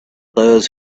those